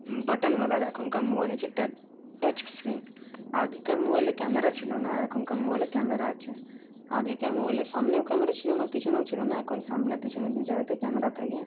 বাটনওয়ালা আর এখনকার মোবাইল হচ্ছে টাচস্ক্রিন আগেকার মোবাইলে ক্যামেরা ছিল না আর এখনকার মোবাইলে ক্যামেরা আছে আগেকার মোবাইলে সামনেও ক্যামেরা ছিল না পিছনেও ছিল না এখন সামনে পিছনে দুজায়গাতেই ক্যামেরা থাকে